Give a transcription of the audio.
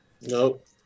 Nope